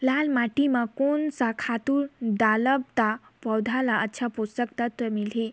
लाल माटी मां कोन सा खातु डालब ता पौध ला अच्छा पोषक तत्व मिलही?